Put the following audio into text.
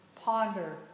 ponder